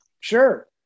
Sure